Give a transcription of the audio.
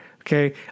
okay